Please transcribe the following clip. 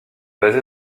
basé